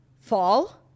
Fall